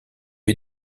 est